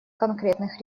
конкретных